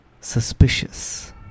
suspicious